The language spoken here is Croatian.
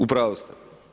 U pravu ste.